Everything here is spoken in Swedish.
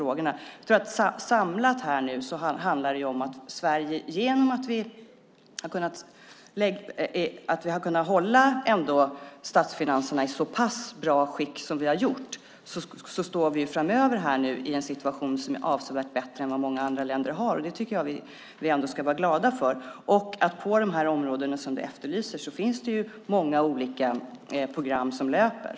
Jag tror att det samlat handlar om att Sverige, genom att vi ändå har kunnat hålla statsfinanserna i så pass bra skick som vi lyckats med, framöver kommer att vara i en situation som är avsevärt bättre än många andra länders situation. Det tycker jag att vi ska vara glada över. På de områden där du efterlyser satsningar finns det många olika löpande program.